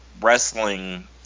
wrestling